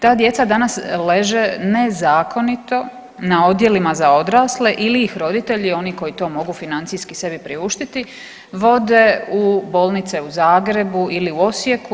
Ta djeca danas leže nezakonito na odjelima za odrasle ili ih roditelji oni koji to mogu financijski sebi priuštiti vode u bolnice u Zagrebu ili u Osijeku.